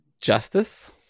justice